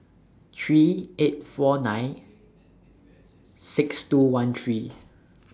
three eight four nine six two one three